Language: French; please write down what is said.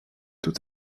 mieux